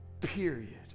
period